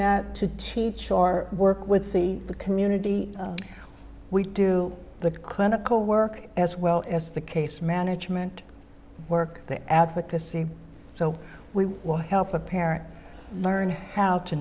that to teach our work with the community we do the clinical work as well as the case management work the advocacy so we will help a parent learn how to